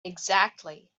exactly